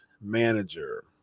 manager